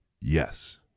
Yes